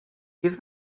give